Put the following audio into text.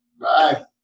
bye